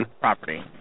Property